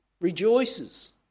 rejoices